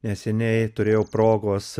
neseniai turėjau progos